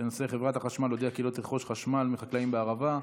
בנושא: חברת החשמל הודיעה כי לא תרכוש חשמל מחקלאים בערבה.